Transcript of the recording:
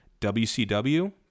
WCW